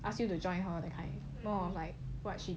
ask you to join her that kind more of like